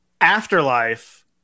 afterlife